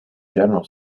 general